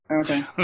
Okay